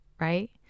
right